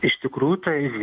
iš tikrųjų tai